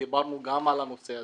ודיברנו גם על הנושא הזה,